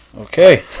Okay